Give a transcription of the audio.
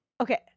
okay